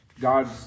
God